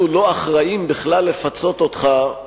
אנחנו לא אחראים בכלל לפצות אותך,